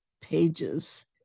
pages